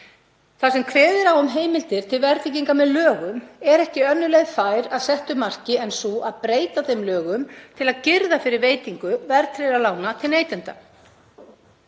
Þar sem kveðið er á um heimildir til verðtryggingar með lögum er ekki önnur leið fær að settu marki en sú að breyta þeim lögum til að girða fyrir veitingu verðtryggðra lána til neytenda.